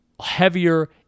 heavier